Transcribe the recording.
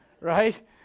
right